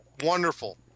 Wonderful